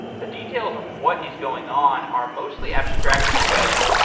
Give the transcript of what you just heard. the details of what is going on are mostly abstracted away,